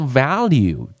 value